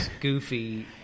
goofy